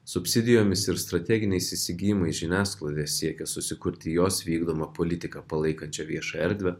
subsidijomis ir strateginiais įsigijimais žiniasklaidoje siekia susikurti jos vykdomą politiką palaikančią viešą erdvę